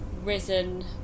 risen